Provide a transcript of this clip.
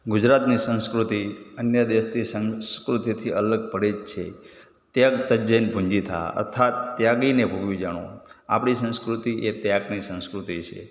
ગુજરાતની સંસ્કૃતિ અન્ય દેશથી સંસ્કૃતિથી અલગ પડે છે ત્યાગ ત્યજ્યયેન પંડિતા અર્થાત ત્યાગીને ભૂલ જાણો આપણી સંસ્કૃતિ એ ત્યાગની સંસ્કૃતિ છે